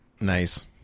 Nice